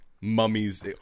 mummies